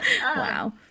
Wow